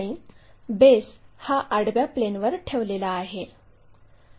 आणि बेस हा आडव्या प्लेनवर ठेवलेला आहे